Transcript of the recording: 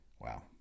Wow